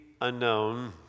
unknown